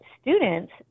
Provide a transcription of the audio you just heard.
students